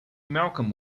malcolm